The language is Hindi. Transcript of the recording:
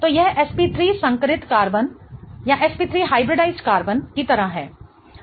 तो यह sp3 संकरित कार्बन की तरह है